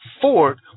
Ford